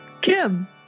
Kim